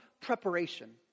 preparation